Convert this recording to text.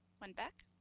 one back